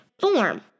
form